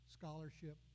scholarship